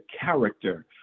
character